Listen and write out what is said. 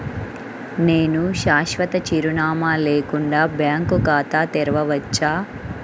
నేను శాశ్వత చిరునామా లేకుండా బ్యాంక్ ఖాతా తెరవచ్చా?